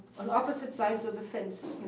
on opposite sides of the fence.